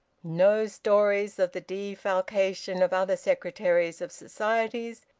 no stories of the defalcation of other secretaries of societies,